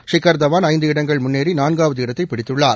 ஷிக்கர் தவான் ஐந்து இடங்கள் முன்னேறி நான்காவது இடத்தை பிடித்துள்ளார்